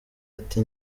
ati